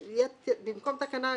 ויכוח.